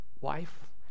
wife